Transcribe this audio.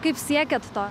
kaip siekiat to